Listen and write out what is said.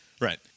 Right